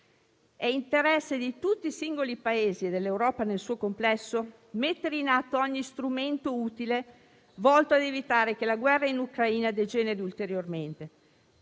È interesse di tutti i singoli Paesi e dell'Europa nel suo complesso mettere in atto ogni strumento utile volto ad evitare che la guerra in Ucraina degeneri ulteriormente.